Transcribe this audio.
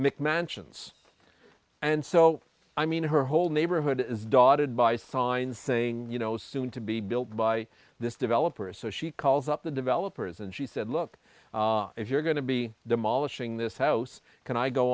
make mansions and so i mean her whole neighborhood is dotted by signs saying you know soon to be built by this developer so she calls up the developers and she said look if you're going to be demolishing this house can i go